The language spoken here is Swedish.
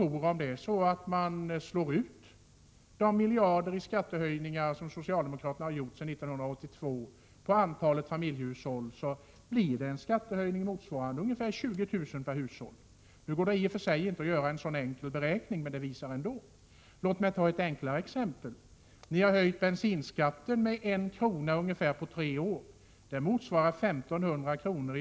Om de miljarder i skattehöjningar som socialdemokraterna har genomdrivit sedan 1982 slås ut på antalet familjehushåll, så blir det en skattehöjning motsvarande ungefär 20 000 kr. per hushåll. Nu går det i och för sig inte att göra en sådan beräkning, men detta exempel visar ändå en hel del. Låt mig ta ett enklare exempel: Ni har höjt bensinskatten med ungefär 1 kr. på tre år. Det motsvarar 1 500 kr.